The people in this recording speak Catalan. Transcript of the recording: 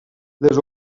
les